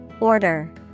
Order